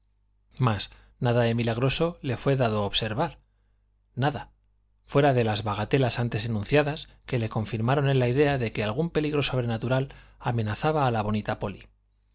mas nada de milagroso le fué dado observar nada fuera de las bagatelas antes enunciadas que le confirmaron en la idea de que algún peligro sobrenatural amenazaba a la bonita polly